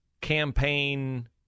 campaign